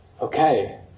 Okay